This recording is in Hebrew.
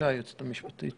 הסמכת השב"כ